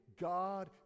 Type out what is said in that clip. God